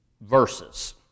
verses